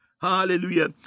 hallelujah